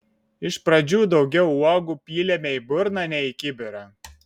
iš pradžių daugiau uogų pylėme į burną nei į kibirą